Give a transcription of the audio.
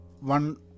one